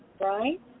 right